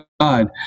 God